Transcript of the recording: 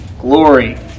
glory